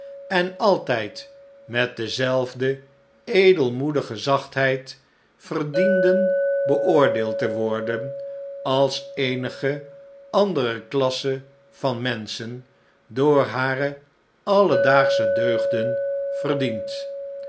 en altijd met dezelfde eldelmoedige zachtheid verdienden beoordeeld te worden als eenige andere klasse van menschen door hare alledaagsche deugden verdient